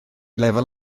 lefel